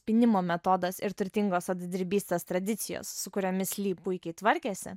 pynimo metodas ir turtingos odadirbistės tradicijos su kuriomis li puikiai tvarkėsi